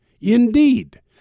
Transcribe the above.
indeed